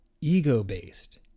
ego-based